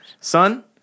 son